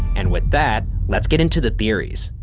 and with that, let's get into the theories.